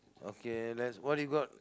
okay let's what you got